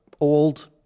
old